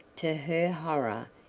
to her horror,